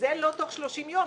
וזה לא תוך 30 יום.